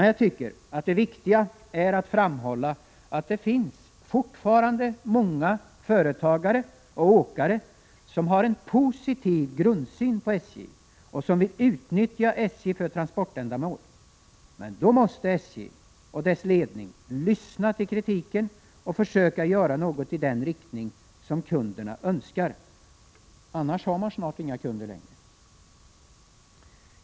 Jag tycker att det viktiga är att framhålla att det fortfarande finns många företagare och åkare som har en positiv grundsyn på SJ och som vill utnyttja SJ för transportändamål. Men då måste SJ och dess ledning lyssna till kritiken och försöka göra något i den riktning som kunderna önskar. Annars har man snart inga kunder längre.